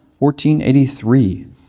1483